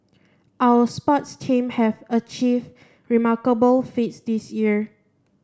our sports team have achieved remarkable feats this year